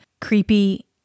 creepy